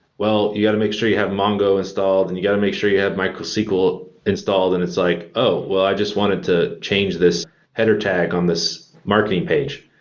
well, you got to make sure you have mongo installed and you got to make sure you have mysql installed, and it's like, oh, well i just wanted to change this header tag on this marketing page.